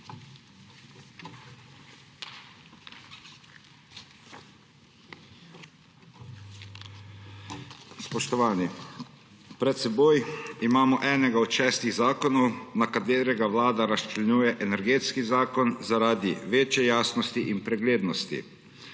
Spoštovani! Pred seboj imamo enega od šestih zakonov, na katere Vlada razčlenjuje Energetski zakon zaradi večje jasnosti in preglednosti.